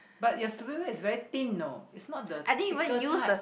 but your is very thin know it's not the thicker type